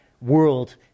world